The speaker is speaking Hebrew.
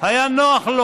היה לו נוח,